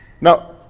Now